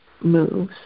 moves